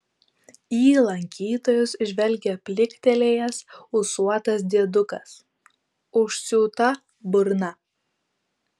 į lankytojus žvelgia pliktelėjęs ūsuotas diedukas užsiūta burna